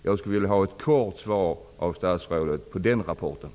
Jag skulle vilja ha en kort kommentar till den rapporten av statsrådet.